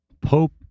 Pope